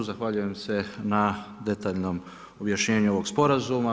Zahvaljujem se na detaljnom objašnjenju ovoga Sporazuma.